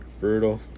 Brutal